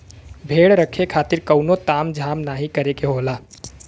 भेड़ रखे खातिर कउनो ताम झाम नाहीं करे के होला